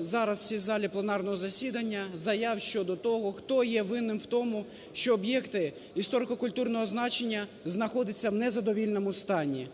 зараз в цій залі пленарного засідання заяв щодо того, хто є винним в тому, що об'єкти історико-культурного значення знаходяться в незадовільному стані.